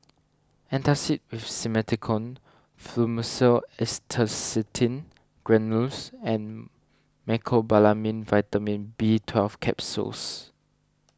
Antacid with Simethicone Fluimucil Acetylcysteine Granules and Mecobalamin Vitamin B Twelve Capsules